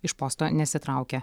iš posto nesitraukia